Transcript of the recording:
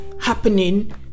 happening